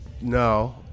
No